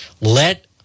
let